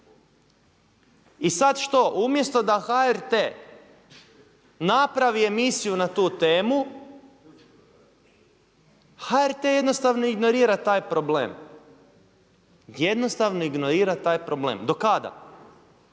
I sad što? Umjesto da HRT napravi emisiju na tu temu HRT jednostavno ignorira taj problem, jednostavno ignorira taj problem. Do kada?